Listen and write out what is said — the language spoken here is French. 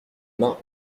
mains